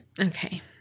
Okay